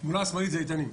התמונה השמאלית זה איתנים.